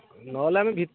ନହେଲେ ଆମେ ଭି